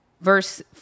Verse